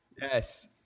Yes